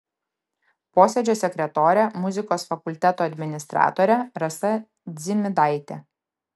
posėdžio sekretorė muzikos fakulteto administratorė rasa dzimidaitė